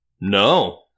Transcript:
No